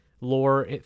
lore